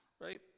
right